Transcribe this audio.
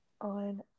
on